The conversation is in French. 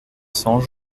cents